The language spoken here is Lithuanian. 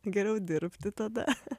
geriau dirbti tada